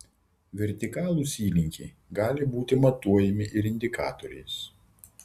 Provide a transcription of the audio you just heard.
vertikalūs įlinkiai gali būti matuojami ir indikatoriais